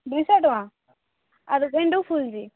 ଦୁଇଶହ ଟଆଁଁ ଆରୁ ଗେଣ୍ଡୁ ଫୁଲ୍ ଯେ